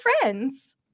friends